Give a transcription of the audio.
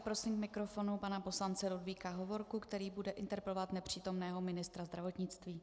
Prosím k mikrofonu pana poslance Ludvíka Hovorku, který bude interpelovat nepřítomného ministra zdravotnictví.